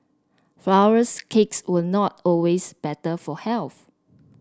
flowers cakes were not always better for health